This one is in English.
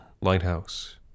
lighthouse